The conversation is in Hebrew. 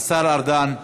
השר ארדן,